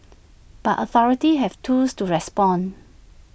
but authorities have tools to respond